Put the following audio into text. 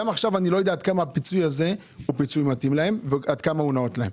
אני לא יודע עד כמה הפיצוי הזה מתאים להם ונאות להם.